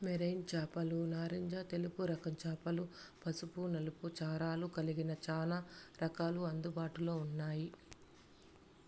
marine చేపలు నారింజ తెలుపు రకం చారలు, పసుపు నలుపు చారలు కలిగిన చానా రకాలు అందుబాటులో ఉన్నాయి